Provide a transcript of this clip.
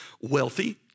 wealthy